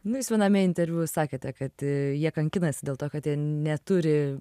nu jūs viename interviu sakėte kad jie kankinas dėl to kad jie neturi